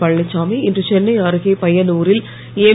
பழனிச்சாமி இன்று சென்னை அருகே பையனூரில் எம்